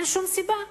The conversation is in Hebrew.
אין שום סיבה.